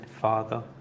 Father